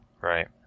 Right